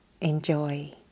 enjoy